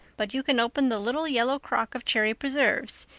but you can open the little yellow crock of cherry preserves.